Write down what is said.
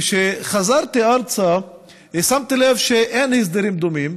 כשחזרתי ארצה שמתי לב שאין הסדרים דומים,